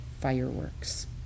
fireworks